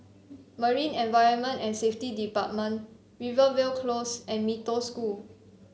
Marine Environment and Safety Department Rivervale Close and Mee Toh School